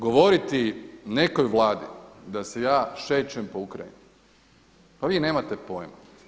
Govoriti nekoj Vladi da se ja šećem po Ukrajini pa vi nemate pojma.